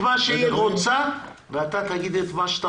היא תגיד את מה שהיא רוצה ואתה תגיד את מה שאתה